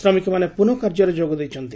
ଶ୍ରମିକମାନେ ପୁନଃ କାର୍ଯ୍ୟରେ ଯୋଗ ଦେଇଛନ୍ତି